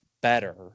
better